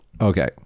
Okay